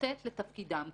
חוטאת לתפקידם.